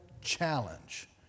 challenge